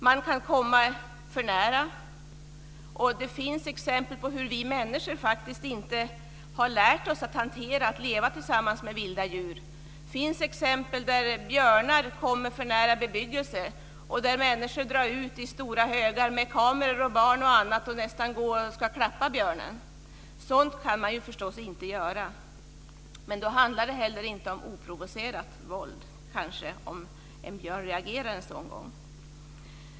Man kan komma dem för nära. Det finns exempel på hur vi människor inte har lärt oss att hantera och leva tillsammans med vilda djur. Det finns exempel där björnar kommit för nära bebyggelse och där människor drar ut i stora mängder med kameror och barn och nästan ska klappa björnen. Sådant ska man förstås inte göra, men då handlar det inte heller om oprovocerat våld om en björn reagerar en sådan gång.